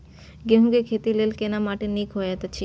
गेहूँ के खेती लेल केना माटी नीक होयत अछि?